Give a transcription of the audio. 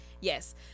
Yes